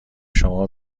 شما